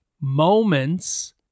moments